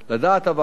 לדעת הוועדה,